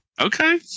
Okay